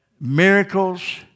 miracles